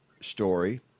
story